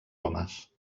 homes